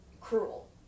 cruel